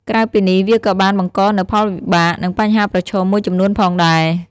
ក្រៅពីនេះវាក៏បានបង្កនូវផលវិបាក និងបញ្ហាប្រឈមមួយចំនួនផងដែរ។